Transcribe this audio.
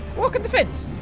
walk on the fence,